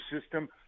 system